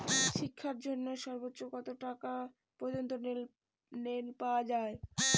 শিক্ষার জন্য সর্বোচ্চ কত টাকা পর্যন্ত লোন পাওয়া য়ায়?